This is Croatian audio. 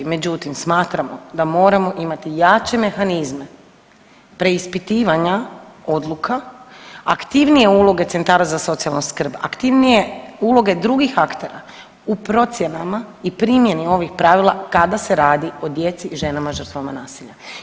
Međutim, smatramo da moramo imati jače mehanizme preispitivanja odluka, aktivnije uloge centara za socijalnu skrb, aktivnije uloge drugih aktera u procjenama i primjeni ovih pravila kada se radi o djeci i ženama žrtvama nasilja.